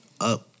up